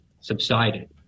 subsided